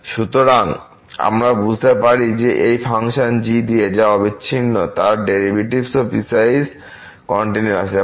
সুতরাং আমরা যা বুঝতে পারি যে এই ফাংশন g দিয়ে যা অবিচ্ছিন্ন তার ডেরিভেটিভও পিসওয়াইস কন্টিনিউয়াস